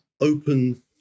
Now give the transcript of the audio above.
open